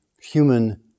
human